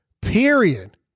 period